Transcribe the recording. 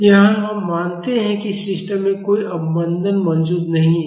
यहाँ हम मानते हैं कि सिस्टम में कोई अवमंदन मौजूद नहीं है